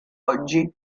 oggi